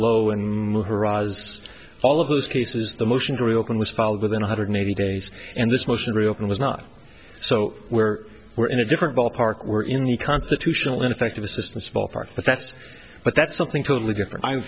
as all of those cases the motion to reopen was filed within one hundred eighty days and this motion to reopen was not so we're we're in a different ballpark were in the constitutional ineffective assistance ballpark but that's but that's something totally different i'm